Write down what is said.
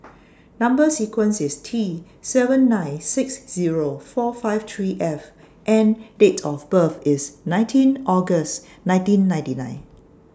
Number sequence IS T seven nine six Zero four five three F and Date of birth IS nineteen August nineteen ninety nine